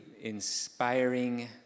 inspiring